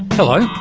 hello,